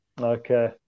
Okay